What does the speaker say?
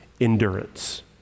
endurance